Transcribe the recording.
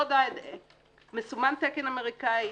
מסומן תקן אמריקאי.